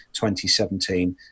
2017